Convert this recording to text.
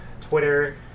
Twitter